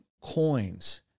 coins